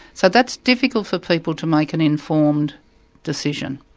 so that's difficult for people to make an informed decision.